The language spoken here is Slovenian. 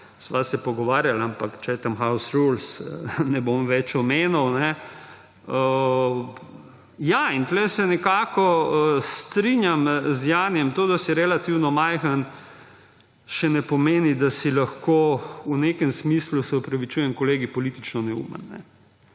sva se pogovarjala, ampak če so tam house rules, ne bom več omenjal. Ja, in tu se nekako strinjam z Janijem; to, da si relativno majhen, še ne pomeni, da si lahko v nekem smislu – se opravičujem, kolegi – politično neumen,